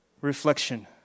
reflection